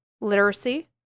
literacy